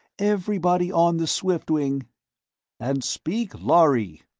everybody on the swiftwing and speak lhari!